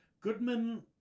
Goodman